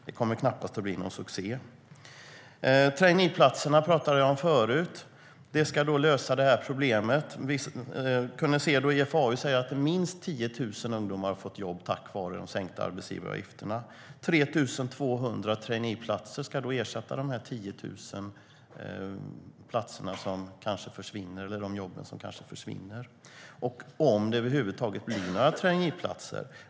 Det kommer knappast att bli någon succé. Traineeplatserna ska då lösa problemet. Enligt IFAU har minst 10 000 ungdomar fått jobb tack vare de sänkta arbetsgivaravgifterna. Dessa jobb - som kanske försvinner - ska ersättas med 3 200 traineeplatser, om det över huvud taget blir några traineeplatser.